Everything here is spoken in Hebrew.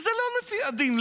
זה לא לפי הדין.